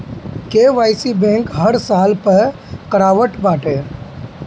KYC bank हर साल पअ करावत बाटे